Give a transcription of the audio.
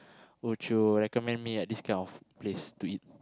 would you recommend me at this kind of place to eat